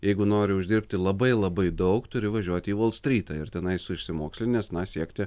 jeigu nori uždirbti labai labai daug turi važiuoti į volstrytą ir tenai su išsimokslinęs na siekti